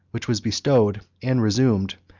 which was bestowed, and resumed,